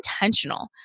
intentional